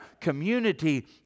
community